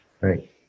right